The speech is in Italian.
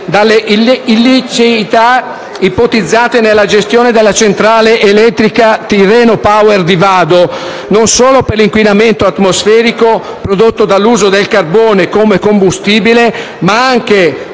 dalle illiceità ipotizzate nella gestione della centrale elettrica Tirreno Power di Vado Ligure, non solo per l'inquinamento atmosferico prodotto dall'uso del carbone come combustibile, ma anche per